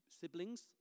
siblings